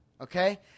Okay